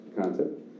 concept